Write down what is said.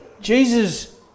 Jesus